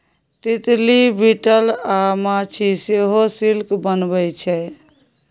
तितली, बिटल अ माछी सेहो सिल्क बनबै छै